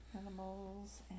Animals